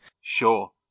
sure